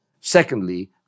Secondly